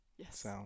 Yes